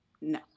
No